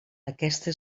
aquesta